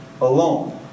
alone